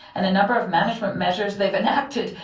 and a number of management measures they've enacted,